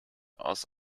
aus